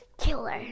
Killer